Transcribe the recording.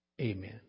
amen